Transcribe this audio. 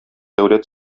дәүләт